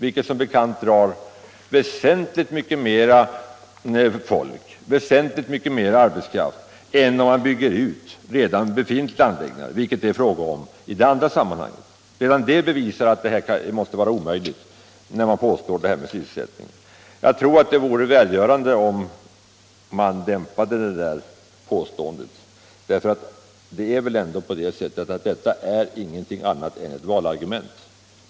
Detta drar som bekant väsentligt mycket mer arbetskraft än om man bygger ut redan befintliga anläggningar, vilket det är fråga om i det andra fallet. Redan det bevisar att det måste vara omöjligt att hålla samma sysselsättning i båda fallen. Jag tror det vore välgörande om man dämpade det där påståendet, för det är väl ändå ingenting annat än ett valargument.